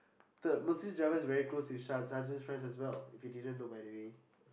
the Mercedes driver is very close with ser~ sergeant's friends as well if you didn't know by the way